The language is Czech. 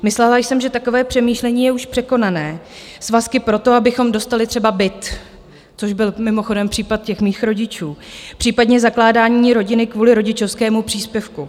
Myslela jsem, že takové přemýšlení je už překonané, svazky proto, abychom dostali třeba byt což byl mimochodem případ mých rodičů, případně zakládání rodiny kvůli rodičovskému příspěvku.